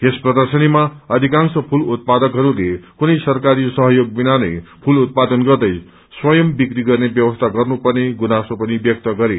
यस प्रर्दशनीमा अधिकांश फूल उत्पादाकहरूले कुनै सरकारी सहयोग बिना नै फूल उत्पादन गर्दै स्वंयम बिक्री गर्ने व्यवस्था गर्न पने गुनासो पनि वयक्त गरे